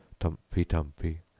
tumpitumpy,